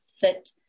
fit